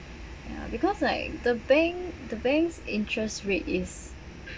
ya because like the bank the bank's interest rate is